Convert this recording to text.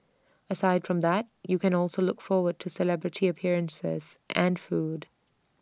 aside from that you can also look forward to celebrity appearances and food